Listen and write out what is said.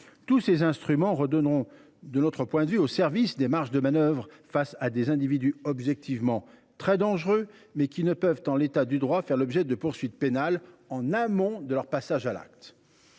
tous ces instruments redonneront aux services des marges de manœuvre face à des individus qui sont objectivement très dangereux, mais ne peuvent, en l’état du droit, faire l’objet de poursuites pénales en amont de leur passage à l’acte.